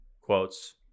Quotes